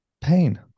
Pain